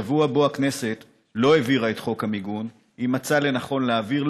בשבוע שבו הכנסת לא העבירה את חוק המיגון היא מצאה לנכון להעביר,